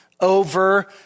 over